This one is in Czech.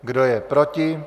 Kdo je proti?